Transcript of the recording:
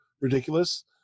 ridiculous